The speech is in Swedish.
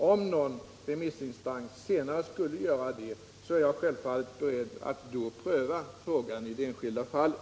Om någon remissinstans senare skulle göra det är jag självfallet beredd att då pröva frågan i det enskilda fallet.